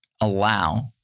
allow